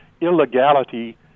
illegality